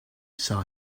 saw